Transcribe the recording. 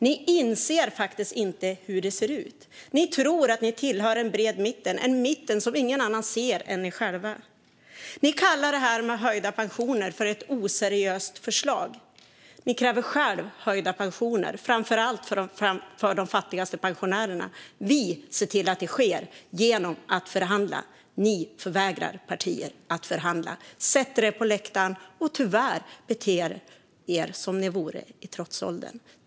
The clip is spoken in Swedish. Ni inser inte hur det ser ut. Ni tror att ni tillhör en bred mitt, en mitt som ingen annan ser än ni själva. Ni kallar förslaget om höjda pensioner för ett oseriöst förslag. Ni kräver själva höjda pensioner, framför allt för de fattigaste pensionärerna. Vi ser till att det sker genom att förhandla. Ni förvägrar partier att förhandla, sätter er på läktaren och beter er tyvärr som om ni vore i trotsåldern.